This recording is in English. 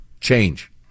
change